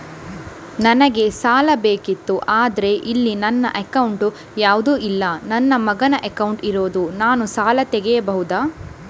ನನಗೆ ಸಾಲ ಬೇಕಿತ್ತು ಆದ್ರೆ ಇಲ್ಲಿ ನನ್ನ ಅಕೌಂಟ್ ಯಾವುದು ಇಲ್ಲ, ನನ್ನ ಮಗನ ಅಕೌಂಟ್ ಇರುದು, ನಾನು ಸಾಲ ತೆಗಿಬಹುದಾ?